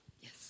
Yes